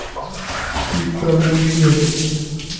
किट प्रबन्धन की होचे?